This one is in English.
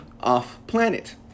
off-planet